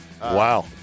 Wow